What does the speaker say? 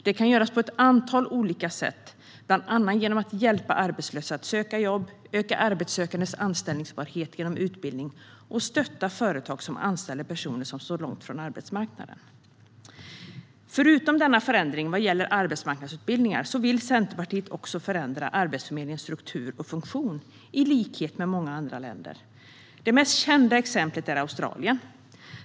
Det kan göras på ett antal olika sätt, bland annat genom att hjälpa arbetslösa att söka jobb, öka arbetssökandes anställbarhet genom utbildning och stötta företag som anställer personer som står långt från arbetsmarknaden. Förutom denna förändring vad gäller arbetsmarknadsutbildningar vill Centerpartiet också förändra Arbetsförmedlingens struktur och funktion i likhet med många andra länder. Det mest kända exemplet är Australien.